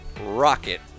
Rocket